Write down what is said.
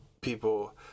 people